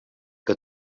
que